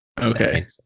okay